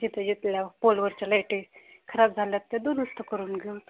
जिथं जिथल्या पोलवरच्या लाईटी खराब झाल्यात ते दुरुस्त करून घेऊ